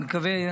אני מקווה,